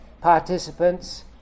participants